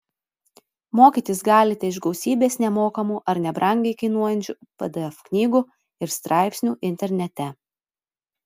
mokytis galite iš gausybės nemokamų ar nebrangiai kainuojančių pdf knygų ir straipsnių internete